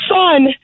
son